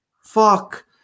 Fuck